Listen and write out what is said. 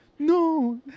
No